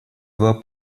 два